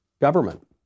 government